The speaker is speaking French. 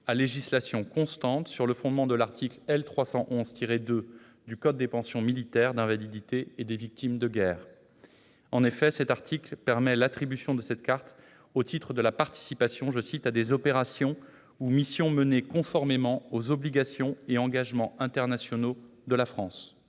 à législation constante, sur le fondement de l'article L. 311-2 du code des pensions militaires d'invalidité et des victimes de guerre. En effet, cet article permet l'attribution de la carte du combattant au titre de « la participation à des opérations ou missions menées conformément aux obligations et engagements internationaux de la France ».